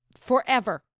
forever